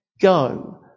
Go